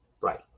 Right